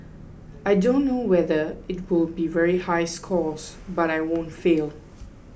I don't know whether it'll be very high scores but I won't fail